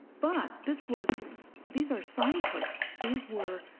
but this was these are sign posts. these were,